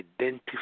identify